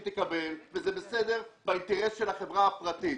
תקבל וזה בסדר באינטרס של החברה הפרטית.